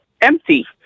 empty